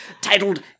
titled